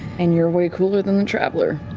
and you're way cooler than the traveler,